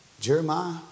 Jeremiah